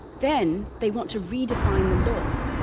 then they want to redefine the law.